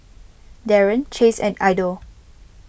Daren Chase and Idell